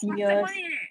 我 sec one 而已 eh